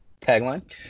tagline